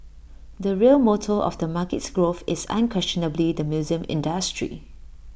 the real motor of the market's growth is unquestionably the museum industry